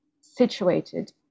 situated